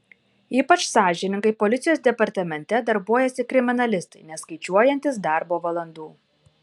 ypač sąžiningai policijos departamente darbuojasi kriminalistai neskaičiuojantys darbo valandų